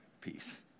peace